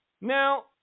Now